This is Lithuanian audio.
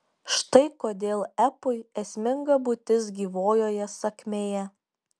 štai kodėl epui esminga būtis gyvojoje sakmėje